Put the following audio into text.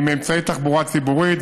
עם אמצעי תחבורה ציבורית,